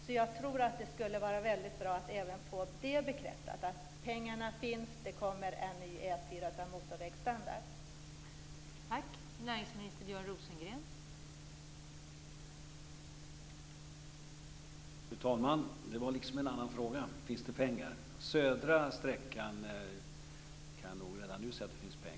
Därför tror jag att det skulle vara väldigt bra att även få bekräftat att pengarna finns och att det blir en ny E 4 med motorvägsstandard.